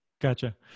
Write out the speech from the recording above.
Gotcha